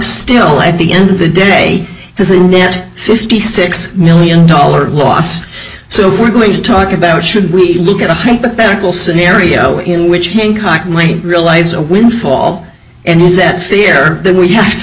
still at the end of the day has a net fifty six million dollars loss so we're going to talk about should we look at a hypothetical scenario in which hancock may realize a windfall and use that fear then we have to